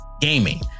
gaming